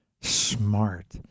smart